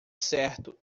certo